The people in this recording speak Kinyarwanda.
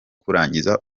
kurangiza